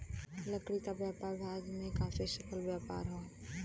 लकड़ी क व्यापार भारत में काफी सफल व्यापार हौ